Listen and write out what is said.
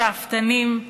שאפתנים,